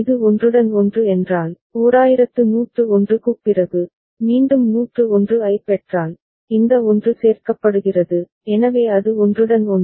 இது ஒன்றுடன் ஒன்று என்றால் 1101 க்குப் பிறகு மீண்டும் 101 ஐப் பெற்றால் இந்த 1 சேர்க்கப்படுகிறது எனவே அது ஒன்றுடன் ஒன்று